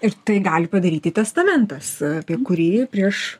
ir tai gali padaryti testamentas apie kurį prieš